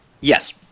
yes